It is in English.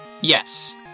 Yes